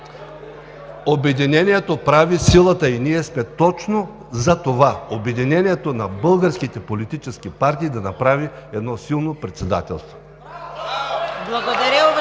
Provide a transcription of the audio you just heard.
Обединението прави силата! Ние сме точно за това – обединението на българските политически партии да направи едно силно председателство.